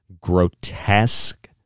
grotesque